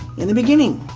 in the beginning.